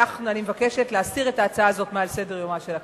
אני מבקשת להסיר את ההצעה הזאת מעל סדר-יומה של הכנסת.